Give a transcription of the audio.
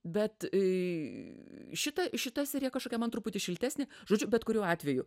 bet i šita šita serija kažkokia man truputį šiltesnė žodžiu bet kuriuo atveju